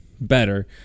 better